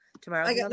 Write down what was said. tomorrow